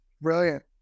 Brilliant